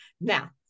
Now